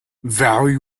very